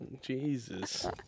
Jesus